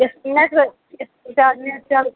یَتھ نٮ۪ٹ حظ نٮ۪ٹ گَژھِ چلُن